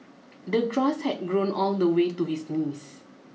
the grass had grown all the way to his knees